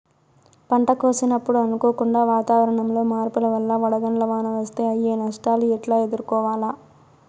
పంట కోసినప్పుడు అనుకోకుండా వాతావరణంలో మార్పుల వల్ల వడగండ్ల వాన వస్తే అయ్యే నష్టాలు ఎట్లా ఎదుర్కోవాలా?